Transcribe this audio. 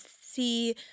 see